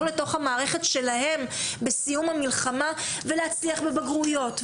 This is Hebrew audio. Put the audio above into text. לתוך המערכת שלהם בסיום המלחמה ולהצליח בבגרויות,